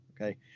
okay